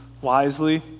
wisely